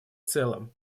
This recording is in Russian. целом